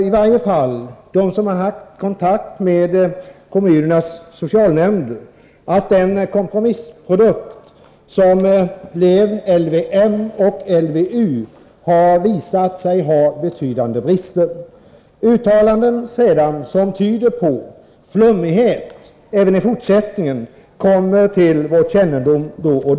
I varje fall de av oss som har haft kontakt med kommunernas socialnämnder har klart för oss att den kompromissprodukt som blev LVM och LVU har visat sig ha betydande brister. Det kommer då och då till vår kännedom att det görs uttalanden som tyder på att det kommer att bli en viss flummighet äveni fortsättningen.